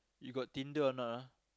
you got Tinder or not ah